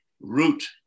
root